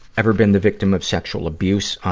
ever been the victim of sexual abuse?